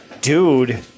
Dude